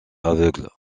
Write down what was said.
aveugles